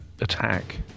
attack